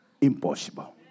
impossible